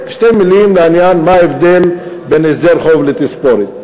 שתי מילים לעניין ההבדל בין הסדר חוב לתספורת,